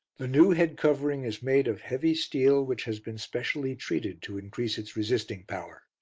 the new head-covering is made of heavy steel, which has been specialty treated to increase its resisting power.